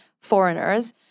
foreigners